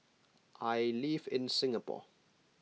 I live in Singapore